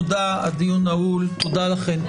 תודה, הדיון נעול, תודה לכם.